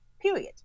Period